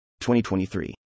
2023